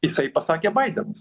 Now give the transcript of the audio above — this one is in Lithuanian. jisai pasakė baidenas